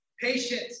patience